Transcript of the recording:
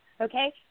okay